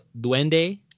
Duende